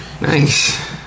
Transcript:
Nice